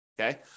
Okay